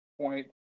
point